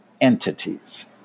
entities